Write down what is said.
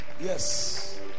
Yes